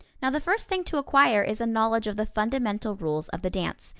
now the first thing to acquire is a knowledge of the fundamental rules of the dance,